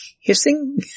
hissing